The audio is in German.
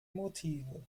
motive